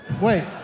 Wait